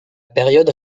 période